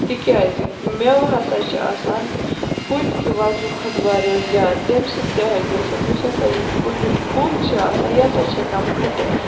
تکیازِ میٚوٕ ہَسا چھ آسان کُل کہِ وَزنہٕ کھۄتہٕ واریاہ زیادٕ تمہِ سۭتۍ کیاہ ہیٚکہِ گٔژھِتھ یُس ہَسا یہِ کُلیُک کُل چھ آسان یہِ ہَسا چھُ ہیٚکان پھٕٹِتھ